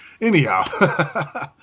Anyhow